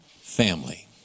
family